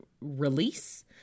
release